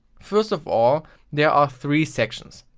first of all there are three sections.